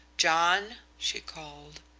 john! she called.